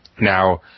Now